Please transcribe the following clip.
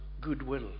goodwill